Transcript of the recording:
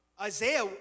Isaiah